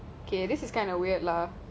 okay this is kind of weird lah